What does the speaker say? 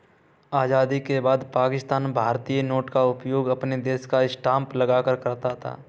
आजादी के बाद पाकिस्तान भारतीय नोट का उपयोग अपने देश का स्टांप लगाकर करता था